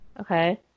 Okay